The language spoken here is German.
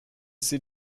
sie